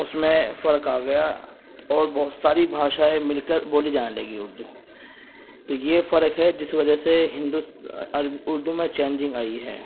اس میں فرق آ گیا اور بہت ساری بھاشائیں مل کر بولی جانے لگی اردو تو یہ فرق ہے جس وجہ سے اردو میں چینجنگ آئی ہیں